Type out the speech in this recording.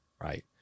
right